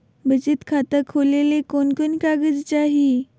बचत खाता खोले ले कोन कोन कागज चाही?